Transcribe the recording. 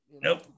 Nope